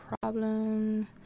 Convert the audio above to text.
problem